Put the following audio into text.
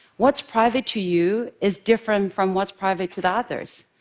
what's private to you is different from what's private to others.